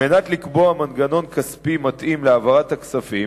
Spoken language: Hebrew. כדי לקבוע מנגנון כספי מתאים להעברת הכספים,